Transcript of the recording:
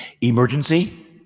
Emergency